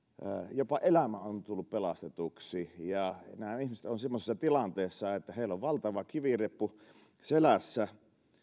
jopa elämä on tullut pelastetuksi nämä ihmiset ovat semmoisessa tilanteessa että heillä on valtava kivireppu selässä